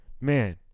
Man